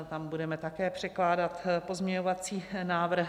Tam budeme také předkládat pozměňovací návrhy.